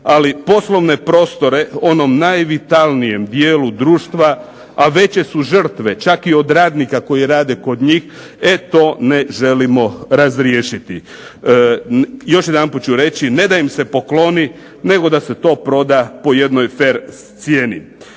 ali poslovne prostore onom najvitalnijem dijelu društva, a veće su žrtve čak i od radnika koji rade kod njih. E to ne želimo razriješiti. Još jedanput ću reći, ne da im se pokloni nego da se to proda po jednoj fer cijeni.